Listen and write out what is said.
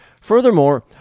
Furthermore